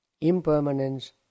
Impermanence